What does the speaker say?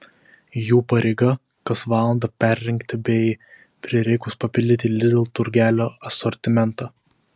jų pareiga kas valandą perrinkti bei prireikus papildyti lidl turgelio asortimentą